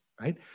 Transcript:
right